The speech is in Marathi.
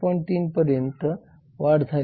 3 पर्यंत वाढ झाली आहे